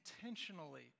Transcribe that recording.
intentionally